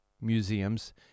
museums